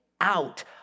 out